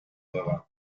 دارم